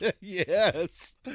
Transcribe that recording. Yes